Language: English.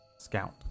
Scout